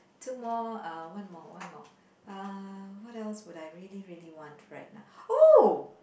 two more uh one more one more uh what else would I really really want right now oh